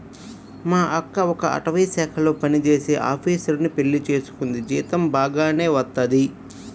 మా అక్క ఒక అటవీశాఖలో పనిజేసే ఆపీసరుని పెళ్లి చేసుకుంది, జీతం బాగానే వత్తది